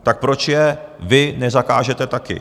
Tak proč je vy nezakážete taky?